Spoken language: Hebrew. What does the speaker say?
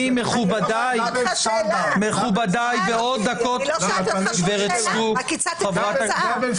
אני לא שאלתי אותך שום שאלה, רק הצעתי הצעה.